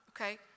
Okay